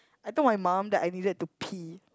I told my mum that I needed to pee